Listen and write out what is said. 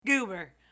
Goober